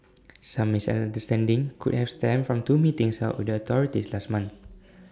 some misunderstanding could have stemmed from two meetings held with the authorities last month